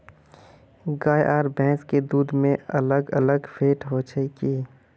गाय आर भैंस के दूध में अलग अलग फेट होचे की?